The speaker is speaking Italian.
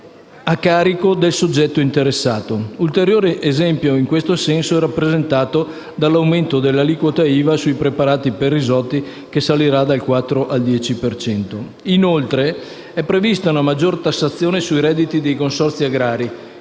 di adempimenti a carico del soggetto interessato. Ulteriore esempio in questo senso è rappresentato dall'aumento dell'aliquota IVA sui preparati per risotti, che passerà dal 4 al 10 per cento. Inoltre, è prevista una maggiore tassazione sui redditi dei consorzi agrari,